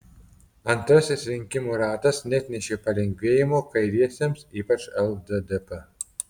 antrasis rinkimų ratas neatnešė palengvėjimo kairiesiems ypač lddp